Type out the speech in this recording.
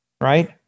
right